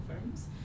firms